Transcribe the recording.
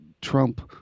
Trump